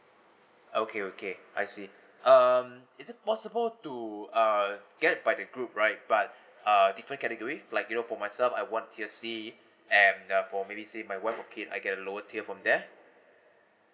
okay okay I see um is it possible to err get by the group right but err different category like you know for myself I want tier C and um for maybe let say my wife with kids I get the lower tier for them